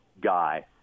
guy